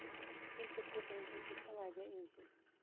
تَمہِ سۭتۍ گوٚو بینکِنگ سِسٹم واریاہ اِزی